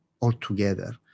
altogether